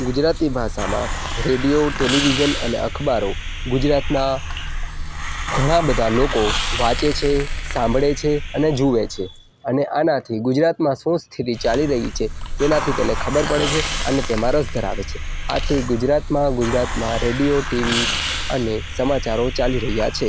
ગુજરાતી ભાષામાં radio television અને અખબારો ગુજરાતના ઘણા બધા લોકો વાંચે છે સાંભળે છે અને જોવે છે અને આનાથી ગુજરાતમાં શું સ્થિતિ ચાલી રહી છે તેનાથી તેને ખબર પડે છે અને તેમાં રસ ધરાવે છે આથી ગુજરાતમાં ગુજરાતમાં રેડિયો ટીવી અને સમચારો ચાલી રહ્યા છે